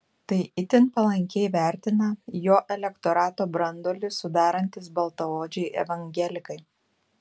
tai itin palankiai vertina jo elektorato branduolį sudarantys baltaodžiai evangelikai